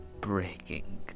breaking